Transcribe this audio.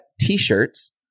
t-shirts